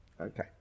Okay